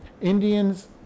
Indians